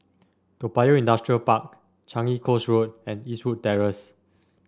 Toa Payoh Industrial Park Changi Coast Road and Eastwood Terrace